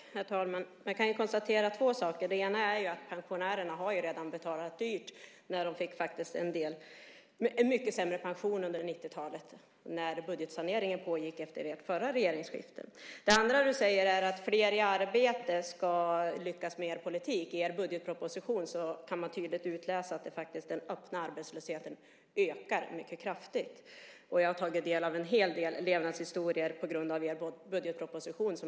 Herr talman! Man kan konstatera två saker. Det ena är att pensionärerna redan har betalat dyrt när en del av dem fick mycket sämre pension under 90-talet. Då pågick budgetsaneringen efter det förra regeringsskiftet. Det andra är att du säger att flera i arbete ska lyckas med er politik. I er budgetproposition kan man tydligt utläsa att den öppna arbetslösheten faktiskt ökar mycket kraftigt. Jag har tagit del av en hel del levnadshistorier på grund av er budgetproposition.